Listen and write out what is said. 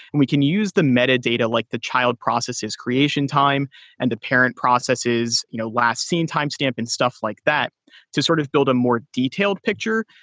we can use the metadata, like the child process is creation time and the parent process is you know last seen timestamp and stuff like that to sort of build a more detailed picture.